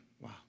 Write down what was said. Wow